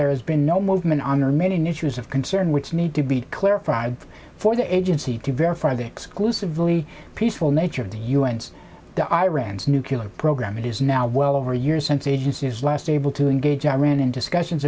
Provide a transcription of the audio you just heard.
there has been no movement on or many an issues of concern which need to be clarified for the agency to verify the exclusively peaceful nature of the un's to iran's nuclear program it is now well over a year since agencies last able to engage iran in discussions